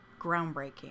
groundbreaking